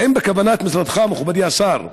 האם בכוונת משרדך, מכובדי השר,